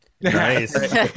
Nice